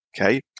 okay